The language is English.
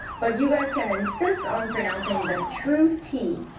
but you guys can insist on pronouncing the true t.